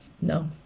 No